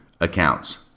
accounts